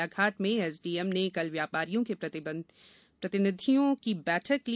बालाघाट में एसडीएम ने कल व्यापारियों के प्रतिनिधियों की बैठक ली